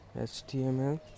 HTML